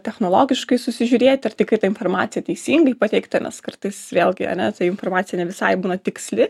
technologiškai susižiūrėti ar tikrai ta informaciją teisingai pateikta nes kartais vėlgi ane ta informacija ne visai būna tiksli